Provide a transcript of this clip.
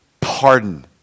pardon